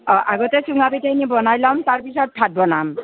অ' আগতে চুঙাপিঠাখিনি বনাই ল'ম তাৰপিছত ভাত বনাম